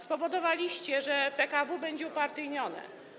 Spowodowaliście, że PKW będzie upartyjnione.